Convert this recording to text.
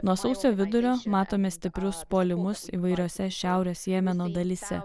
nuo sausio vidurio matome stiprius puolimus įvairiose šiaurės jemeno dalyse